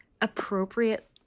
appropriate